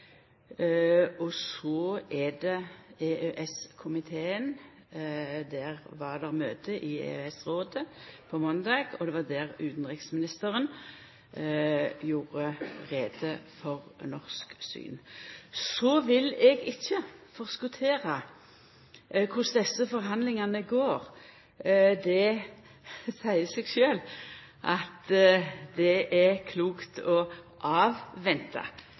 Så er det EØS-komiteen. Det var møte i EØS-rådet på måndag, og det var der utanriksministeren gjorde greie for norsk syn. Eg vil ikkje forskotera korleis desse forhandlingane går. Det seier seg sjølv at det er klokt å